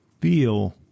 feel